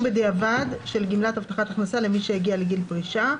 בדיעבד של גמלת הבטחת הכנסה למי שהגיע לגיל פרישה),